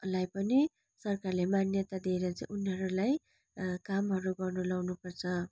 लाई पनि सरकारले मान्यता दिएर चाहिँ उनीहरूलाई कामहरू गर्नु लगाउनु पर्छ